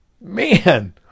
man